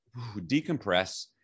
decompress